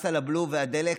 מס על הבלו והדלק,